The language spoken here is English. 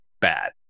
bad